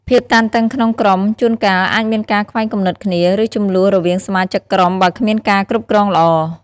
ភាពតានតឹងក្នុងក្រុម ជួនកាលអាចមានការខ្វែងគំនិតគ្នា ឬជម្លោះរវាងសមាជិកក្រុម បើគ្មានការគ្រប់គ្រងល្អ។